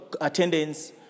attendance